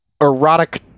erotic